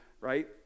Right